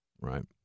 right